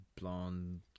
blonde